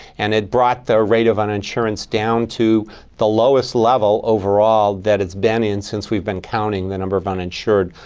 and it brought the rate of on insurance down to the lowest level overall that it's been in since we've been counting the number of uninsured.